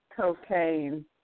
cocaine